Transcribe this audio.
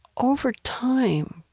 over time,